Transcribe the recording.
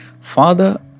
Father